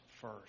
first